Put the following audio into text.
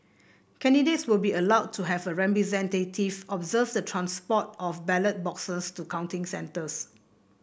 candidates will be allowed to have a representative observe the transport of ballot boxes to counting centres